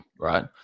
right